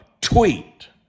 tweet